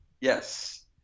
Yes